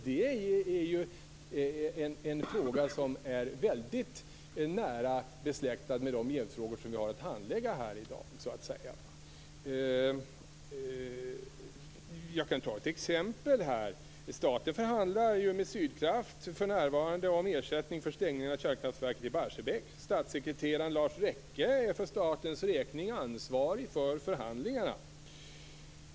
Detta är en fråga som är nära besläktad med de jävsfrågor vi har att handlägga här i dag. Jag kan ge ett exempel. Staten förhandlar för närvarande med Sydkraft om ersättning för stängning av kärnkraftverket i Barsebäck. Statssekreterare Lars Rekke är för statens räkning ansvarig för förhandlingarna.